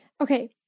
okay